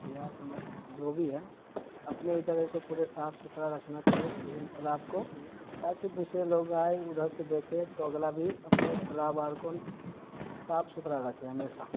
बिना समस्त जो भी है अपने इधर ऐसे पूरे साफ़ सुथरा रखना चाहिए झील तालाब को ताकि दूसरे लोग आएं उधर से देखें तो अगला भी अपने तालाब बाहर को साफ़ सुथरा रखे हमेशा